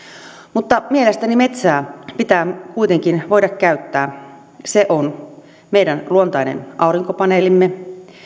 mutta mielestäni metsää pitää kuitenkin voida käyttää se on meidän luontainen aurinkopaneelimme